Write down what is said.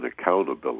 accountability